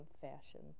fashion